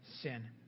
sin